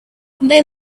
they